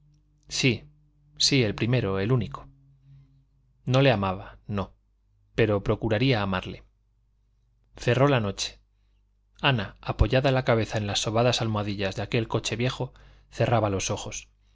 sí sí el primero el único no le amaba no pero procuraría amarle cerró la noche ana apoyada la cabeza en las sobadas almohadillas de aquel coche viejo cerraba los ojos